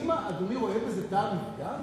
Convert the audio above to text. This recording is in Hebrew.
האם אדוני רואה בזה טעם לפגם?